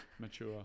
mature